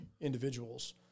individuals